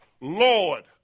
Lord